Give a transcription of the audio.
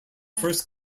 first